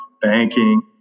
banking